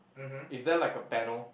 is there like a panel